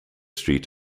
street